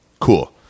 cool